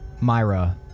Myra